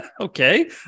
Okay